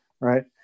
right